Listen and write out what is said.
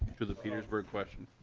to the peaterse bug question.